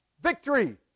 Victory